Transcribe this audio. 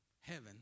heaven